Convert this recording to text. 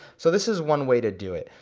so this is one way to do it.